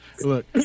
Look